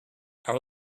our